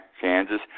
Kansas